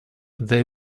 they